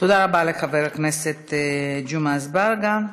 תודה רבה לחבר הכנסת ג'מעה אזברגה.